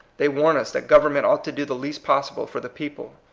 they warn us that government ought to do the least possible for the people.